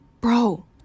Bro